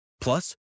Plus